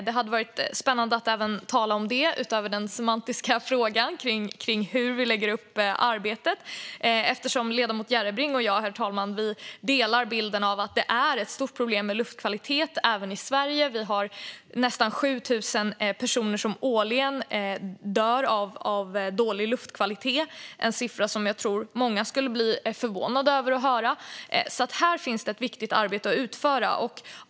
Det hade varit spännande att, utöver den semantiska frågan, tala om hur vi lägger upp arbetet. Ledamoten Järrebring och jag är överens om att luftkvaliteten är ett stort problem även i Sverige, herr talman. Nästan 7 000 personer dör årligen av dålig luftkvalitet; detta är en siffra som jag tror att många skulle bli förvånade över. Här finns det ett viktigt arbete att utföra.